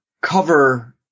cover